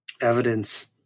Evidence